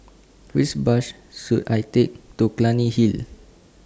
Which Bus should I Take to Clunny Hill